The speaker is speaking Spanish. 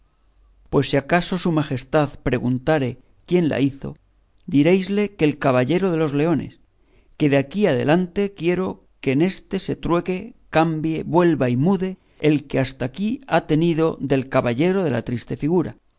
pues si acaso su majestad preguntare quién la hizo diréisle que el caballero de los leones que de aquí adelante quiero que en éste se trueque cambie vuelva y mude el que hasta aquí he tenido del caballero de la triste figura